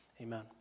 Amen